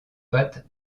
pat